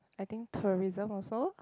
I think tourism also